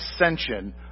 ascension